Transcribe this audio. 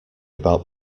about